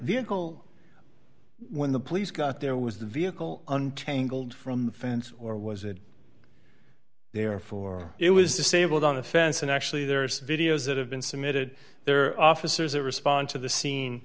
vehicle when the police got there was the vehicle untangled from the fence or was it therefore it was disabled on the fence and actually there's videos that have been submitted their officers that respond to the scene